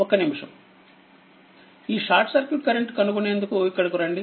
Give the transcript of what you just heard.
ఒక్క నిముషం ఈ షార్ట్ సర్క్యూట్ కరెంట్ కనుగొనేందుకు ఇక్కడకు రండి